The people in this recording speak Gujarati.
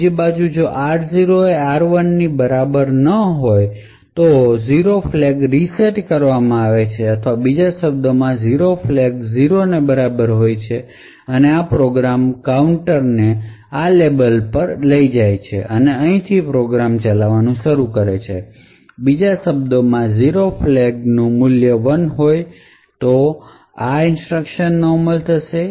બીજી બાજુ જો r0 એ r1 ની બરાબર ન હોય તો 0 ફ્લેગ રીસેટ કરવામાં આવે છે અથવા બીજા શબ્દોમાં 0 ફ્લેગ 0 ની બરાબર હોય છે અને તે આ પ્રોગ્રામ કાઉન્ટરને આ લેબલ પર લઇ જાય છે અને અહીંથી પ્રોગ્રામ ચલાવવાનું શરૂ કરશે અથવા બીજા શબ્દોમાં 0 ફ્લેગ નું મૂલ્ય 1 હોય તો આ ઇન્સટ્રકશન અમલ થશે